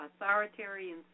authoritarian